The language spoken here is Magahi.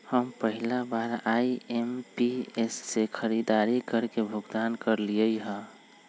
हम पहिला बार आई.एम.पी.एस से खरीदारी करके भुगतान करलिअई ह